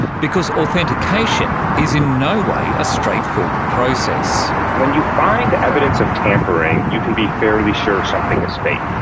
because authentication is in no way a straightforward process. when you find evidence of tampering, you can be fairly sure something is fake.